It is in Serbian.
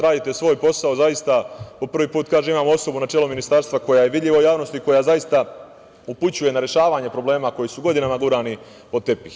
Radite svoj posao, zaista, po prvi put kažem, imamo osobu na čelu Ministarstva koja je vidljiva javnosti, koja upućuje na rešavanje problema koji su godinama gurani pod tepih.